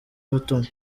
butumwa